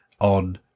on